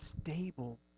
stable